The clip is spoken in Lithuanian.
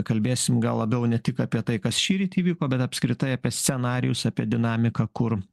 kalbėsim gal labiau ne tik apie tai kas šįryt įvyko bet apskritai apie scenarijus apie dinamiką kur